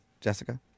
Jessica